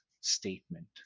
statement